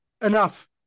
enough